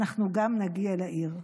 אנחנו גם נגיע לעיר.